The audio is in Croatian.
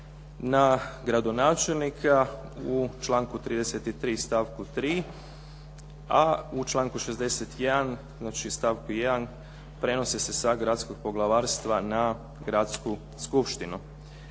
na gradonačelnika u članku 33. stavku 3., a u članku 61., znači stavku 1. prenose se sa gradskog poglavarstva na gradsku skupštinu.